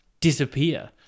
disappear